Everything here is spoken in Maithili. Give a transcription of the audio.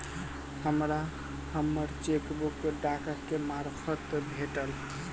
हमरा हम्मर चेकबुक डाकक मार्फत भेटल